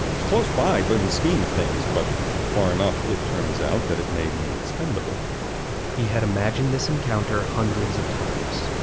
it's close by, but in the scheme of things. but far enough. it turns out that it made me expendable he had imagined this encounter hundreds of times.